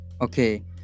Okay